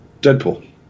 Deadpool